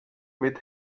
mit